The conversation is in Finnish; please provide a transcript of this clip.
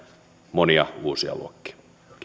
monia uusia luokkia